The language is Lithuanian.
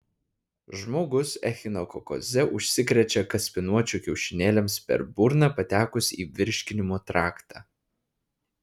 žmogus echinokokoze užsikrečia kaspinuočių kiaušinėliams per burną patekus į virškinimo traktą